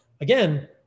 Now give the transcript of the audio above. again